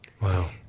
Wow